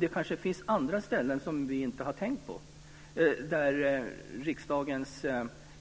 Det kanske finns andra ställen som vi inte har tänkt på där riksdagens